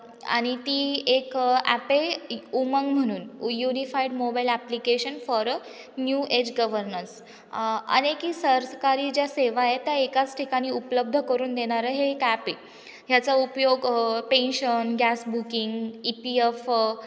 आणि ती एक ॲप आहे उमंग म्हणून unified mobile application for a new age governance अनेकही सरकारी ज्या सेवा आहे त्या एकाच ठिकाणी उपलब्ध करून देणारं हे एक ॲप आहे ह्याचा उपयोग pension gas booking E P F